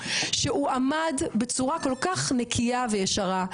שהוא עמד בצורה כל כך נקייה וישרה,